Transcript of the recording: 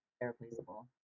irreplaceable